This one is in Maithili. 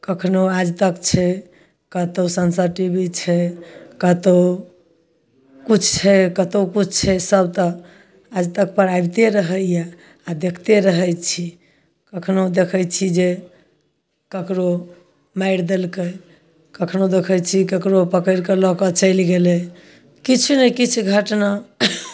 कखनो आजतक छै कत्तौ संसद टी भी छै कत्तौ किछु छै कतौ किछु छै सब तरि आजतक पर अबिते रहैया आ देखते रहै छी कखनो देखै छी जे ककरो मारि देलकै कखनो देखै छी ककरो पकरि कऽ लऽ कऽ चलि गेलै किछु नहि किछु घटना